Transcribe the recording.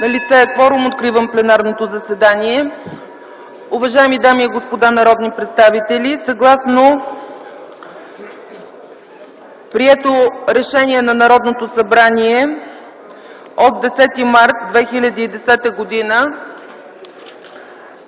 Налице е кворум, откривам пленарното заседание. Уважаеми дами и господа народни представители, съгласно прието решение на Народното събрание от 10 март от 2010 г.,